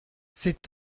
c’est